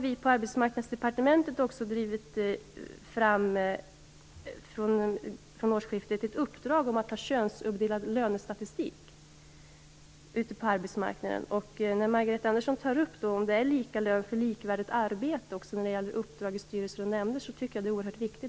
Vi på Arbetsmarknadsdepartementet har från årsskiftet drivit fram ett uppdrag om att det skall upprättas könsfördelad lönestatistik på arbetsmarknaden. Margareta Andersson talade om att det skulle vara lika lön för likvärdigt arbete också när det gäller uppdrag i styrelser. Detta är oerhört viktigt.